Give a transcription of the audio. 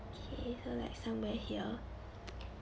okay so like somewhere here